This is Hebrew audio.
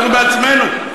אנחנו בעצמנו.